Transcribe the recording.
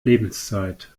lebenszeit